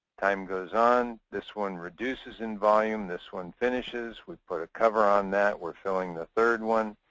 time goes on, this one reduces in volume, this one finishes. we put a cover on that, we're filling the third one.